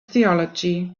theology